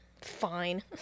fine